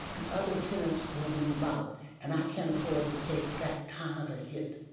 the other tenants will move out and i can't afford to take that kind of a hit.